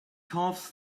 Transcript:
calves